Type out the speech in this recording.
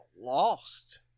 lost